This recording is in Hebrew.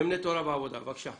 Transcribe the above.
נאמני תורה ועבודה, בבקשה.